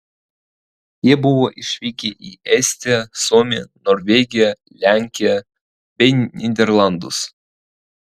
jie buvo išvykę į estiją suomiją norvegiją lenkiją bei nyderlandus